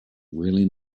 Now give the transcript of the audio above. really